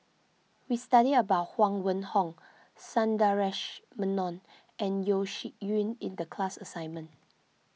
we studied about Huang Wenhong Sundaresh Menon and Yeo Shih Yun in the class assignment